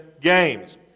games